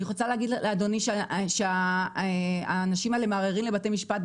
אני רוצה להגיד לאדוני שהאנשים האלה מערערים לבתי משפט,